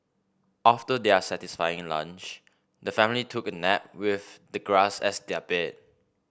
after their satisfying lunch the family took a nap with the grass as their bed